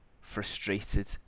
frustrated